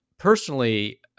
Personally